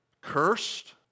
cursed